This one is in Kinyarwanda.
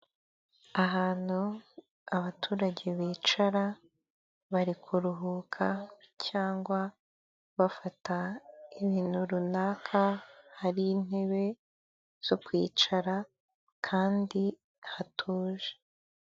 Ahantu abaturage bicara bari kuruhuka cyangwa bafata ibintu runaka hari intebe zo kwicara kandi hatuje.